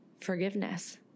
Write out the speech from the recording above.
forgiveness